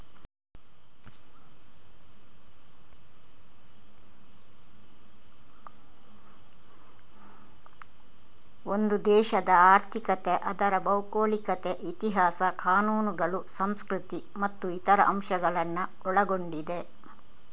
ಒಂದು ದೇಶದ ಆರ್ಥಿಕತೆ ಅದರ ಭೌಗೋಳಿಕತೆ, ಇತಿಹಾಸ, ಕಾನೂನುಗಳು, ಸಂಸ್ಕೃತಿ ಮತ್ತು ಇತರ ಅಂಶಗಳನ್ನ ಒಳಗೊಂಡಿದೆ